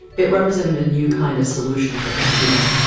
it represented a new kind of solution for computing.